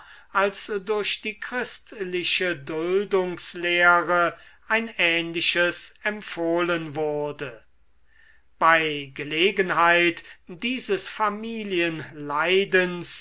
als durch die christliche duldungslehre ein ähnliches empfohlen wurde bei gelegenheit dieses